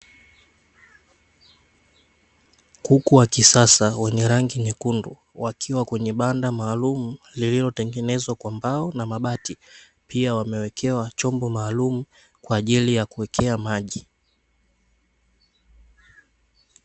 Kuku wa kisasa wenye rangi nyekundu, wakiwa kwenye banda maalumu lililo tengenezwa kwa mbao na mabati. Pia wamewekewa chombo maalumu kwa ajili ya kuwekea maji.